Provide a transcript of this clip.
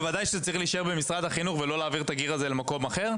ובוודאי שכל זה צריך להיות במשרד החינוך ולא במקום אחר.